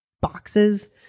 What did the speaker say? boxes